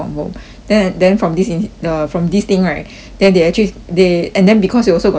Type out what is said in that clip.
then then from this in the from this thing right then they actually they and then because you also got event mah